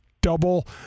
double